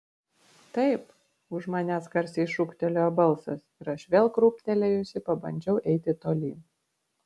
taip už manęs garsiai šūktelėjo balsas ir aš vėl krūptelėjusi pabandžiau eiti tolyn